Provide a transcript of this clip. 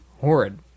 horrid